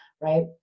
Right